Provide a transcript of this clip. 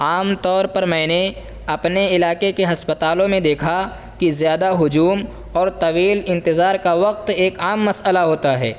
عام طور پر میں نے اپنے علاقے کے ہسپتالوں میں دیکھا کہ زیادہ ہجوم اور طویل انتظار کا وقت ایک عام مسئلہ ہوتا ہے